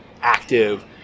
active